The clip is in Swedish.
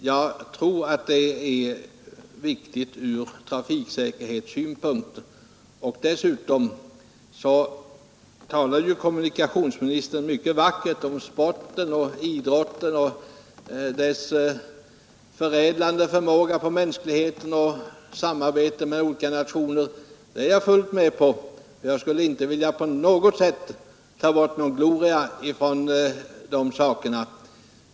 Jag tror att det är viktigt ur trafiksäkerhetssynpunkt att stävja denna propaganda. Vidare talade kommunikationsministern mycket vackert om sporten att få till stånd samarbete mellan olika nationer osv. Jag är helt med på att idrotter och sport har god inverkan, och jag skulle inte vilja ta bort deras gloria.